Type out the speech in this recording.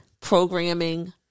programming